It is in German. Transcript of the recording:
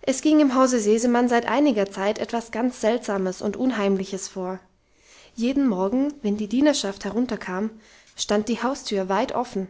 es ging im hause sesemann seit einiger zeit etwas ganz seltsames und unheimliches vor jeden morgen wenn die dienerschaft herunterkam stand die haustür weit offen